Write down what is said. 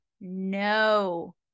no